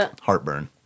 heartburn